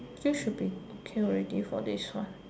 think should be okay already for this one